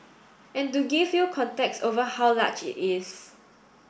and to give you context over how large it is